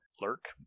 lurk